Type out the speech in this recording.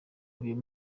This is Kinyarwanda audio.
uyu